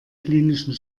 klinischen